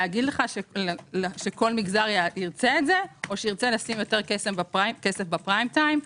לומר לך שכל משרד ירצה את זה או ירצה לשים יותר כסף בפריים טיים,